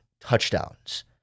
touchdowns